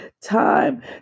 Time